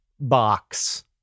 box